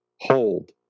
hold